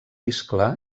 iscle